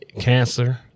Cancer